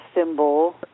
symbol